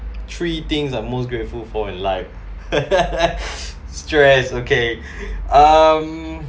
three things are most grateful for life stress okay um